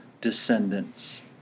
descendants